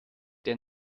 der